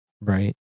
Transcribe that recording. Right